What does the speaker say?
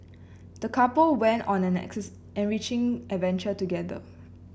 the couple went on an enriching adventure together